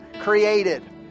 created